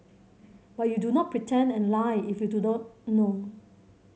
but you do not pretend and lie if you do not know